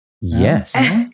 Yes